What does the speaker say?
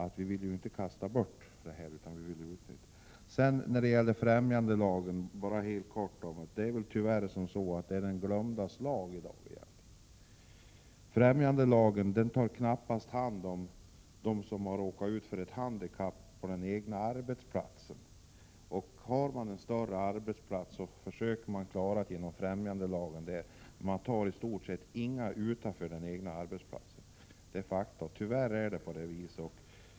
Vi vill alltså inte kasta bort de medel som det gäller utan utnyttja dem på annat sätt. Vad sedan beträffar främjandelagen vill jag bara helt kort peka på att den i dag tyvärr nog kan sägas vara de glömdas lag. Främjandelagen används knappt ens för dem som råkar ut för ett handikapp på den egna arbetsplatsen. På större arbetsplatser försöker man klara sådana anställda enligt främjande lagens föreskrifter, men man tar tyvärr i stort sett inte emot några som är utanför arbetsplatsen.